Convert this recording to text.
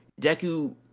Deku